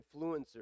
influencers